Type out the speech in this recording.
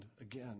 again